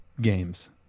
games